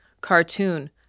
cartoon